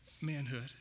manhood